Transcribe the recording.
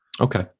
Okay